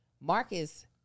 Marcus